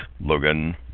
Logan